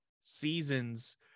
seasons